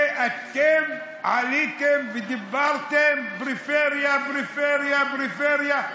ואתם עליתם ודיברתם, פריפריה, פריפריה, פריפריה.